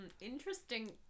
Interesting